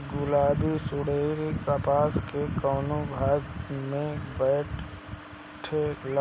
गुलाबी सुंडी कपास के कौने भाग में बैठे ला?